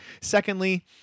Secondly